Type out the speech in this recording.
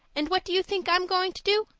and what do you think i am going to do?